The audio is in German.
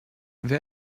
wer